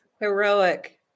Heroic